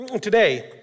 today